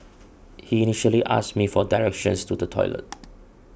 he initially asked me for directions to the toilet